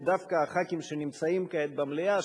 ודווקא הח"כים שנמצאים כעת במליאה,